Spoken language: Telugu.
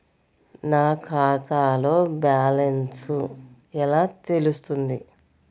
నా ఖాతాలో బ్యాలెన్స్ ఎలా తెలుస్తుంది?